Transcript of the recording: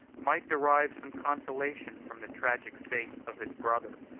might derive some consolation from the tragic fate of his brother,